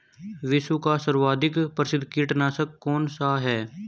विश्व का सर्वाधिक प्रसिद्ध कीटनाशक कौन सा है?